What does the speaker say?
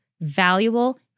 valuable